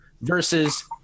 versus